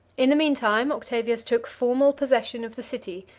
in the mean time, octavius took formal possession of the city,